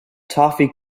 toffee